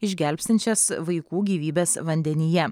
išgelbstinčias vaikų gyvybes vandenyje